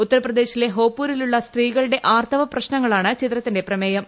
ഉത്തർപ്രദേശിലെ ഹോപുരിലുള്ള സ്ത്രീകളുടെ ആർത്തവ പ്രശ്നങ്ങളാണ് ചിത്രത്തിന്റെ പ്രമേയം